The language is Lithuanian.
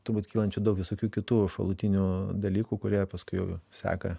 turbūt kylančių daug visokių kitų šalutinių dalykų kurie paskui jau seka